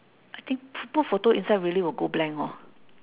I think p~ put photo inside really will go blank hor